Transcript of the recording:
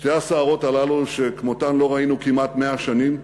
שתי הסערות הללו, שכמותן לא ראינו כמעט 100 שנים,